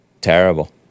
Terrible